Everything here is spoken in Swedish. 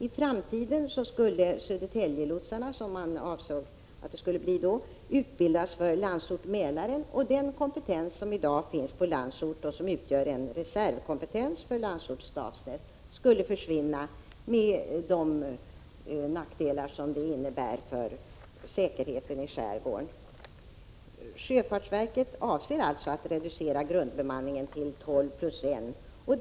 I framtiden skulle Södertäljelotsarna utbildas för Landsort-Mälaren, och den kompetens som i dag finns på Landsort och som utgör en reservkompetens för Landsort-Stavsnäs skulle försvinna, med de nackdelar som det innebär för säkerheten i skärgården. Sjöfartsverket avser alltså att reducera grundbemanningen till tolv plus en.